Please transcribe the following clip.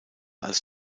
als